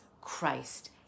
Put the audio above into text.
Christ